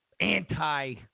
anti